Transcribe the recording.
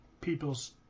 people's